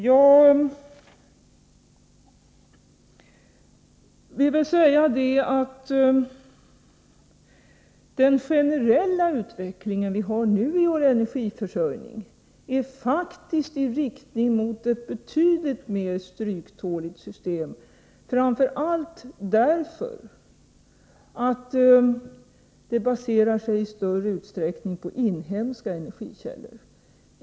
Jag vill säga att den generella utveckling vi nu har i vår energiförsörjning faktiskt går i riktning mot ett betydligt mer stryktåligt system, framför allt på grund av att det i större utsträckning baseras på inhemska energikällor.